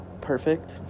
perfect